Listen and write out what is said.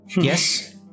Yes